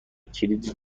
کلید